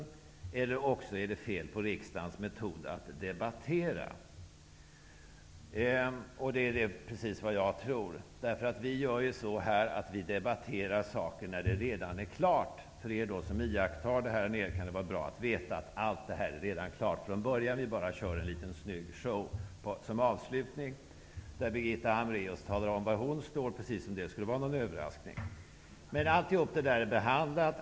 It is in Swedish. Det kan också vara fel på riksdagens metod att debattera. Det är precis vad jag tror, eftersom vi här debatterar frågor när de redan är avgjorda. Det kan vara bra att veta för er som iakttar detta. Vi kör bara en liten snygg show som avslutning, där Birgitta Hambraeus talar om var hon står -- precis som om det skulle vara någon överraskning. Allt har behandlats.